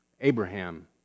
Abraham